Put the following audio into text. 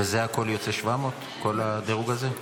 והכול יוצא 700, כל הדירוג הזה?